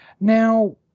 now